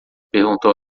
perguntou